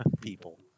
people